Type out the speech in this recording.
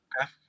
Okay